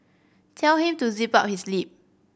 tell him to zip up his lip